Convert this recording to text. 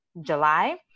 july